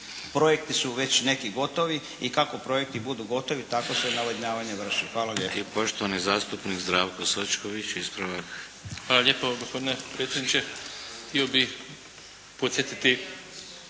projekti su već neki gotovi. I kako projekti budu gotovi tako se navodnjavanje vrši. Hvala lijepo.